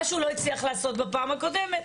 מה שהוא לא הצליח לעשות בפעם הקודמת,